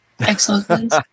Excellent